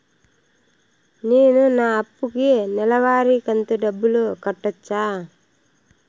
నేను నా అప్పుకి నెలవారి కంతు డబ్బులు కట్టొచ్చా?